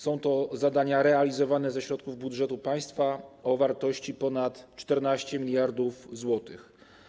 Są to zadania realizowane ze środków budżetu państwa o wartości ponad 14 mld zł.